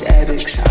addicts